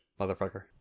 motherfucker